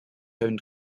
owned